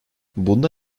bunda